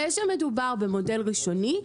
זה שמדובר במודל ראשוני,